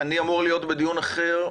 אני אמור להיות בדיון אחר,